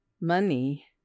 Money